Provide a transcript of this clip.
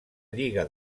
lliga